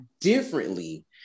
differently